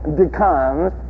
becomes